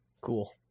Cool